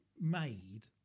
made